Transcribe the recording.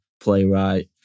playwright